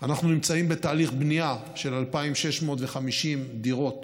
אנחנו נמצאים בתהליך בנייה של 2,650 דירות.